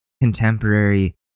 contemporary